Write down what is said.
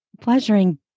pleasuring